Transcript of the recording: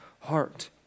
heart